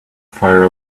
fire